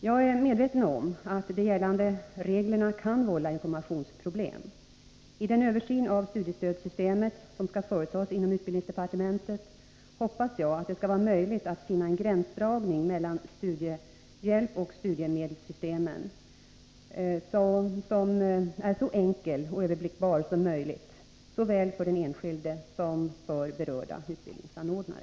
Jag är medveten om att de gällande reglerna kan vålla informationsproblem. I den översyn av studiestödssystemet som skall företas inom utbildningsdepartementet hoppas jag att det skall vara möjligt att finna en gränsdragning mellan studiehjälpsoch studiemedelssystemen som är så enkel och överblickbar som möjligt, såväl för den enskilde som för berörda utbildningsanordnare.